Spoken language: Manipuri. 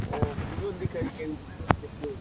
ꯑꯣ ꯐꯤꯖꯣꯟꯗꯤ ꯀꯔꯤ